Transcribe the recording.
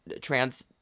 trans